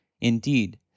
Indeed